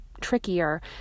trickier